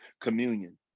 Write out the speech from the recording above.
communion